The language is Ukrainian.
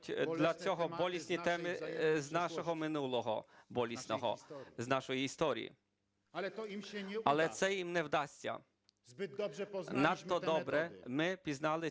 минулого болісного, з нашої історії. Але це їм не вдасться. Надто добре ми пізнали